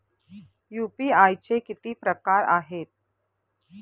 UPI चे किती प्रकार आहेत?